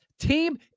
team